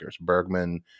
Bergman